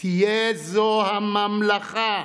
תהיה זו הממלכה,